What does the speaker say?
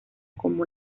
como